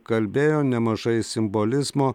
kalbėjo nemažai simbolizmo